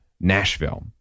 Nashville